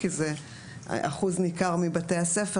כי זה אחוז ניכר מבתי הספר,